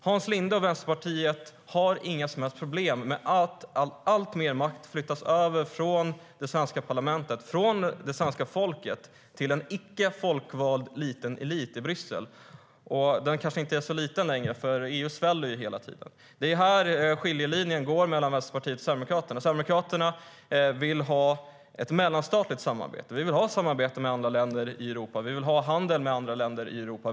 Hans Linde och Vänsterpartiet har inga som helst problem med att alltmer makt flyttas över från det svenska parlamentet, från det svenska folket, till en icke folkvald liten elit i Bryssel - kanske inte så liten längre, för EU sväller hela tiden. Det är här skiljelinjen går mellan Vänsterpartiet och Sverigedemokraterna. Sverigedemokraterna vill ha ett mellanstatligt samarbete. Vi vill ha samarbete med andra länder i Europa. Vi vill ha handel med andra länder i Europa.